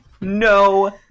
no